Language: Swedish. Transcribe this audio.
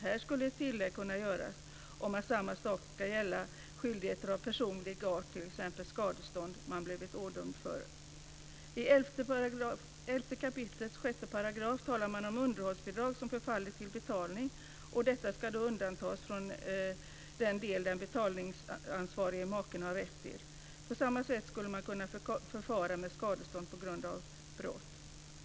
Här skulle ett tillägg kunna göras om att samma sak ska gälla skyldigheter av personlig art, t.ex. skadestånd som man blivit ådömd. I 11 kap. 6 § talar man om underhållsbidrag som förfallit till betalning. Detta ska då undantas från den del som den betalningsansvarige maken har rätt till. På samma sätt skulle man kunna förfara med skadestånd på grund av brott.